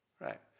right